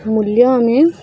ମୂଲ୍ୟ ଆମେ